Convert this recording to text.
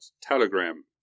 Telegram